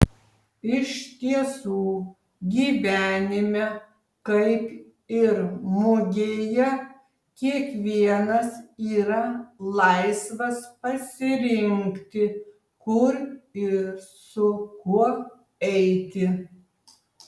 iš tiesų gyvenime kaip ir mugėje kiekvienas yra laisvas pasirinkti kur ir su kuo eiti